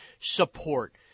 support